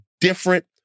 different